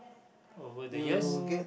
over the years